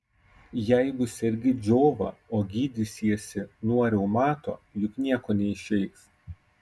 jeigu sergi džiova o gydysiesi nuo reumato juk nieko neišeis